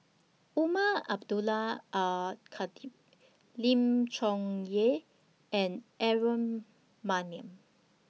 Umar Abdullah Al Khatib Lim Chong Yah and Aaron Maniam